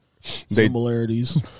similarities